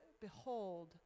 behold